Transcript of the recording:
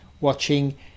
watching